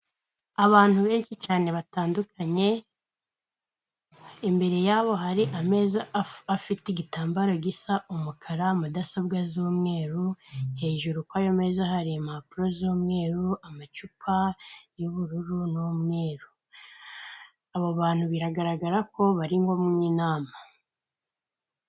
Abantu benshi cyane batandukanye, imbere yabo hari ameza afite igitambaro gisa umukara, mudasobwa z'umweru, hejuru kuri ayo meza hari impapuro z'umweru, amacupa y'ubururu n'umweru, abo bantu biragaragara ko bari nko mu nama.